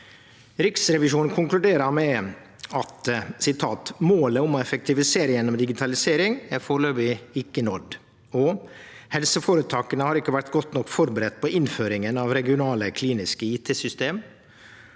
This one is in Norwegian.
Riksrevisjonen konkluderer med: – «Målet om å effektivisere gjennom digitalisering er foreløpig ikke nådd.» – «Helseforetakene har ikke vært godt nok forberedt på innføringen av regionale kliniske IT-systemer.»